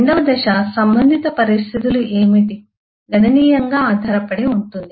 రెండవ దశ సంబంధింత పరిస్థితులు ఏమిటి గణనీయంగా ఆధారపడి ఉంటుంది